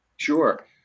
Sure